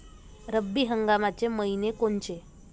रब्बी हंगामाचे मइने कोनचे?